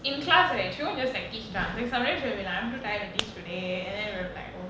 in class right she won't just dance like sometimes she'll be like I'm too tired to teach today and then we're like okay